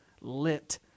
lit